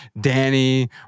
Danny